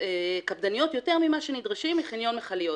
קפדניות יותר ממה שנדרש בחניון מכליות,